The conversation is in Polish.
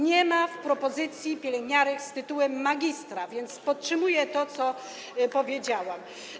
Nie są ujęte w propozycji pielęgniarki z tytułem magistra, więc podtrzymuję to, co powiedziałam.